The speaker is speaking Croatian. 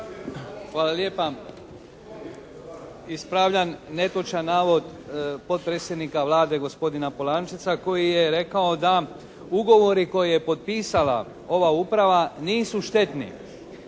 Hvala lijepa. Ispravljam netočan navod potpredsjednika Vlade gospodina Polančeca koji je rekao da ugovori koje je potpisala ova uprava nisu štetni.